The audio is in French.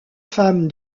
femme